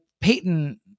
Peyton